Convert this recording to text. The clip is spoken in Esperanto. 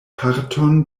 parton